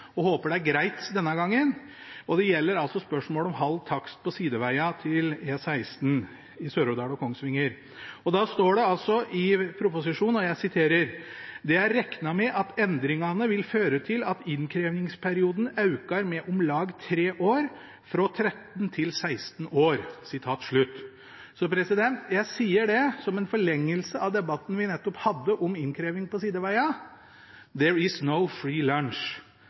og håper det er greit denne gangen. Det gjelder spørsmålet om halv takst på sideveiene til E16 i Sør-Odal og Kongsvinger. Om det står det i proposisjonen: «Det er rekna med at endringane vil føre til at innkrevijngsperioden aukar med om lag 3 år, frå 13 til 16 år.» Jeg sier det som en forlengelse av debatten vi nettopp hadde om innkreving på sideveier. «There is no free